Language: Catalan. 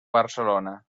barcelona